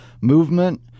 movement